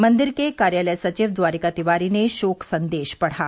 मंदिर के कार्यालय सचिव द्वारिका तिवारी ने शोक संदेश पढ़ा